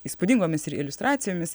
įspūdingomis ir iliustracijomis